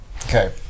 Okay